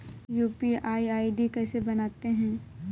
UPI ID कैसे बनाते हैं?